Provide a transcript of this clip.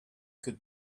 could